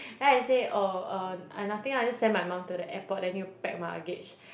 then I say oh um I nothing ah I just send my mum to the airport then need to pack my luggage